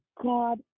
god